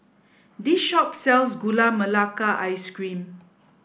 this shop sells gula melaka ice cream